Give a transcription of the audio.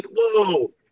Whoa